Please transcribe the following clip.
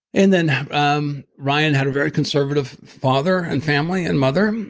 and then um ryan had a very conservative father and family and mother,